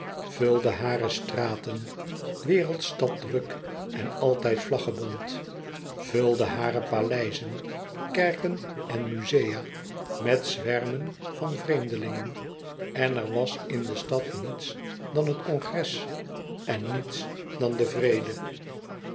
vulde hare straten wereldstad druk en altijd vlaggebont vulde hare paleizen kerken en muzea met zwermen van vreemdelingen en er was in de stad niets dan het congres en niets dan de vrede